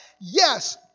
yes